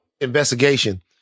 investigation